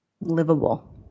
livable